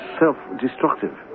self-destructive